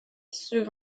sur